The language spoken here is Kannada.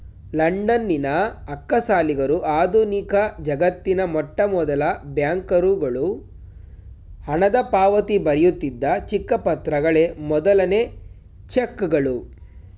ಲಂಡನ್ನಿನ ಅಕ್ಕಸಾಲಿಗರು ಆಧುನಿಕಜಗತ್ತಿನ ಮೊಟ್ಟಮೊದಲ ಬ್ಯಾಂಕರುಗಳು ಹಣದಪಾವತಿ ಬರೆಯುತ್ತಿದ್ದ ಚಿಕ್ಕ ಪತ್ರಗಳೇ ಮೊದಲನೇ ಚೆಕ್ಗಳು